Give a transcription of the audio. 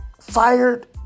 fired